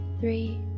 three